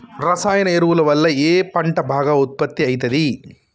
రసాయన ఎరువుల వల్ల ఏ పంట బాగా ఉత్పత్తి అయితది?